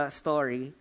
story